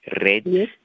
red